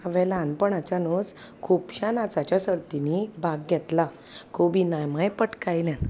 हांवें ल्हानपणाच्यानूच खुबश्या नाचाच्या सर्तींनी भाग घेतला खूब इनायमय पटकायल्यान